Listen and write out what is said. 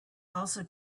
also